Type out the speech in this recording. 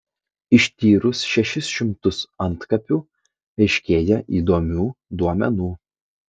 ištyrus šešis šimtus antkapių aiškėja įdomių duomenų